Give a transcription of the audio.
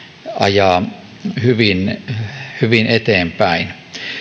ajavat hyvin eteenpäin